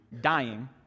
dying